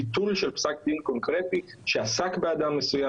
ביטול של פסק דין קונקרטי שעסק באדם מסוים